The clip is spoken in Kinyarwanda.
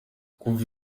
kuva